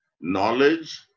Knowledge